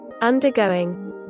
Undergoing